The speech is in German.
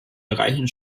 bereichen